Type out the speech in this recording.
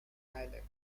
dialect